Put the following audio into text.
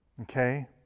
Okay